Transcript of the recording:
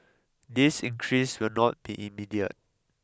this increase will not be immediate